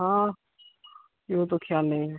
हाँ यह तो ख्याल नहीं है